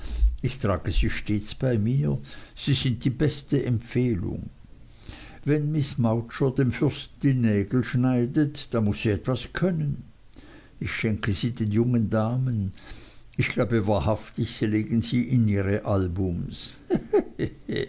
ich trage sie stets bei mir sie sind die beste empfehlung wenn miß mowcher dem fürsten die nägel schneidet dann muß sie etwas können ich schenke sie den jungen damen ich glaube wahrhaftig sie legen sie in ihre albums